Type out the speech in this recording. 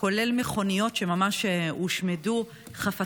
כנסת נכבדה, חברתי,